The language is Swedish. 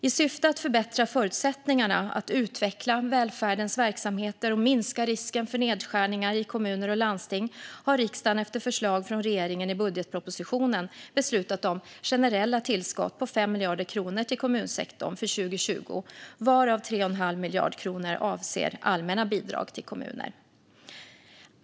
I syfte att förbättra förutsättningarna att utveckla välfärdens verksamheter och minska risken för nedskärningar i kommuner och landsting har riksdagen efter förslag från regeringen i budgetpropositionen beslutat om generella tillskott på 5 miljarder kronor till kommunsektorn för 2020, varav 3 1⁄2 miljard kronor avser allmänna bidrag till kommuner.